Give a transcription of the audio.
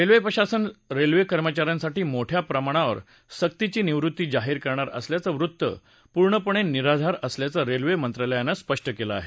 railway प्रशासन railway कर्मचा यांसाठी मोठ्या प्रमाणावर सक्तीची निवृत्ती जाहीर करणार असल्याचं वृत्त पूर्णपणे निराधार असल्याचं रेल्वे मंत्रालयानं स्पष्ट केलं आहे